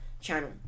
channel